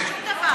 שום דבר.